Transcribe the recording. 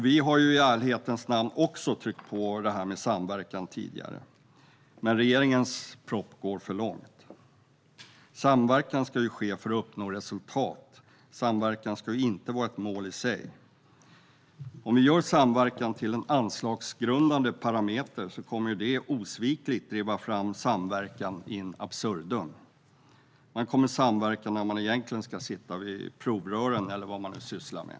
Vi har i ärlighetens namn också tryckt på för det här med samverkan tidigare. Men regeringen går för långt i sin proposition. Samverkan ska ske för att man ska uppnå resultat; samverkan ska inte vara ett mål i sig. Om samverkan görs till en anslagsgrundande parameter kommer det osvikligt att driva fram samverkan in absurdum. Man kommer att samverka när man egentligen ska sitta vid provrören, eller vad man nu sysslar med.